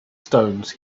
stones